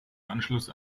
anschluss